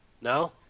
No